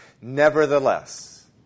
Nevertheless